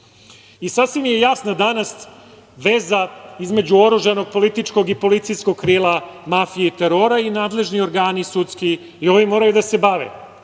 isti. Sasvim je jasna danas veza između oružanog političkog i policijskog krila mafije i terora i nadležni sudski organi i oni moraju da se bave.